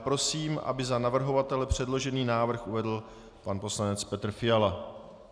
Prosím, aby za navrhovatele předložený návrh uvedl pan poslanec Petr Fiala.